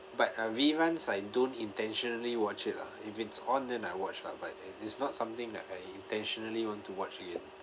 but uh reruns I don't intentionally watch it lah if it's on then I watch lah but it it's not something that I intentionally want to watch again